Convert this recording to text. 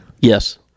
Yes